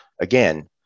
Again